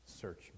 Search